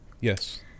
yes